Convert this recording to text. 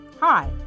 Hi